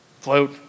Float